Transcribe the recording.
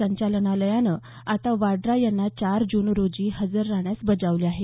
संचलनालयानं आता वाड्रा यांना चार जून रोजी हजर राहण्यास बजावले आहे